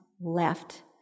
left